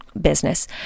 business